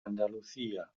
andalucía